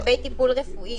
לא, לגבי טיפול רפואי.